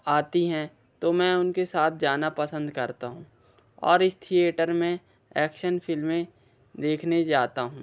आती हैं तो मैं उनके साथ जाना पसंद करता हूँ और इस थिएटर में एक्शन फिल्में देखने जाता हूँ